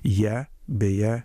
ja beje